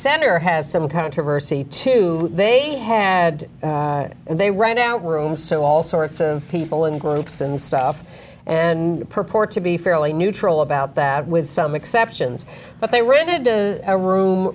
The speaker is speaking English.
center has some controversy too they had and they ran out rooms to all sorts of people and groups and stuff and you purport to be fairly neutral about that with some exceptions but they rented a room